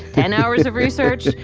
ten hours of research,